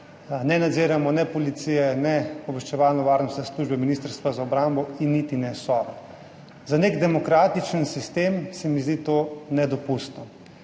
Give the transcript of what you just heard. Ne nadziramo ne Policije ne Obveščevalno varnostne službe Ministrstva za obrambo in niti ne Sove. Za nek demokratičen sistem se mi zdi to nedopustno.